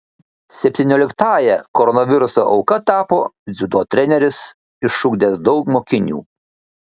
septynioliktąja koronaviruso auka tapo dziudo treneris išugdęs daug mokinių